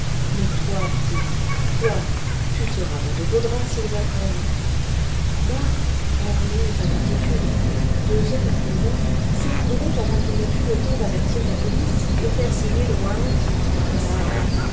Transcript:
mais toi p'tite toi tu seras dans de beaux draps s'ils apprennent moi oh n'ayez pas d'inquiétudes deux heures au moins s'écouleront avant qu'il n'ait eu le temps d'avertir la police et faire signer le warrant ainsi